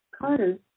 Carter